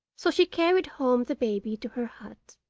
so she carried home the baby to her hut,